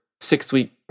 six-week